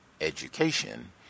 education